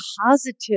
positive